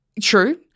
True